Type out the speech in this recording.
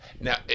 now